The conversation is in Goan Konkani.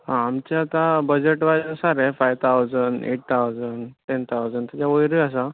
आमचें आतां बजट वायज आसा रे five thousand eight thousand ten thousand ताच्या वयरूय आसा